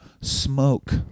smoke